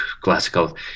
classical